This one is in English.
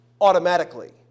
automatically